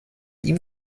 ihm